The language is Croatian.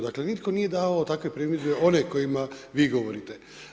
Dakle, nitko nije davao takve primjedbe one o kojima vi govorite.